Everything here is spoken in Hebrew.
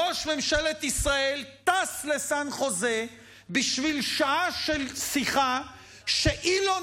ראש ממשלת ישראל טס לסן חוזה בשביל שעה של שיחה שאילון